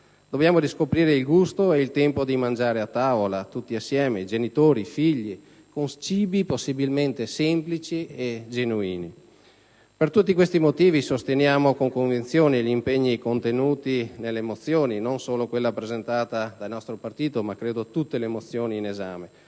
Dobbiamo riscoprire il gusto e il tempo di mangiare a tavola tutti insieme, genitori e figli, con cibi possibilmente semplici e genuini. Per tutti questi motivi sosteniamo con convinzione gli impegni contenuti in tutte le mozioni in esame, non solo in quella presentata dal nostro Gruppo, auspicando che attraverso un